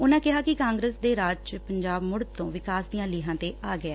ਉਨੂਾਂ ਕਿਹਾ ਕਿ ਕਾਂਗਰਸ ਦੇ ਰਾਜ ਚ ਪੰਜਾਬ ਮੁੜ ਤੋਂ ਵਿਕਾਸ ਦੀਆ ਲੀਹਾ ਤੇ ਆ ਗਿਐ